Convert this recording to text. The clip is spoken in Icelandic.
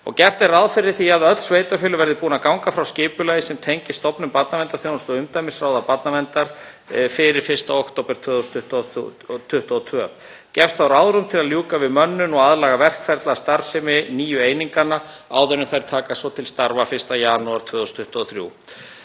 Gert er ráð fyrir því að öll sveitarfélög verði búin að ganga frá skipulagi sem tengist stofnun barnaverndarþjónustu og umdæmisráða barnaverndar fyrir 1. október 2022. Gefst þá ráðrúm til að ljúka við mönnun og aðlaga verkferla og starfsemi nýju eininganna áður en þær taka svo til starfa 1. janúar 2023.